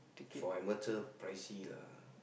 for amateur pricey lah